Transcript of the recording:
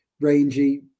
rangy